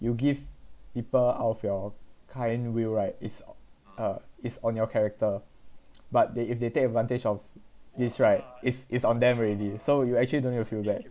you give people out of your kind will right is uh it's on your character but they if they take advantage of this right is is on them already so you actually don't need to feel bad